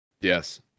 Yes